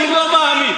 אני לא מאמין.